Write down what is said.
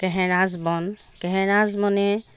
কেহেৰাজ বন কেহেৰাজ বনে